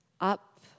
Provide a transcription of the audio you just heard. up